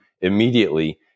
immediately